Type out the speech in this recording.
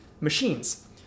machines